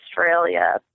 Australia